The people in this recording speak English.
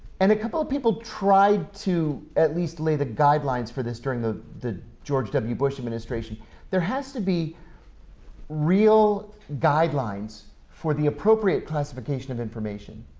and a couple of people tried to at least lay the guidelines for this during the the george w. bush administration there has to be real guidelines for the appropriate classification of information.